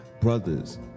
brothers